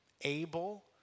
able